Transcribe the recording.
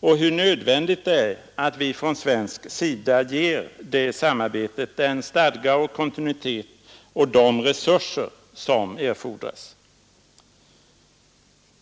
och hur nödvändigt det är att vi från svensk sida ger det samarbetet den stadga och kontinuitet och de resurser som erfordras.